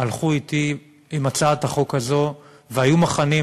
הלכו אתי עם הצעת החוק הזאת והיו מוכנים,